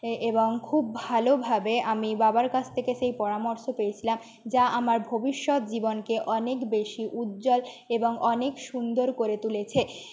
এ এবং খুব ভালোভাবে আমি বাবার কাছ থেকে সেই পরামর্শ পেয়েছিলাম যা আমার ভবিষ্যৎ জীবনকে অনেক বেশি উজ্জ্বল এবং অনেক সুন্দর করে তুলেছে